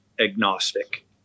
agnostic